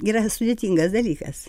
yra sudėtingas dalykas